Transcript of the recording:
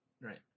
Right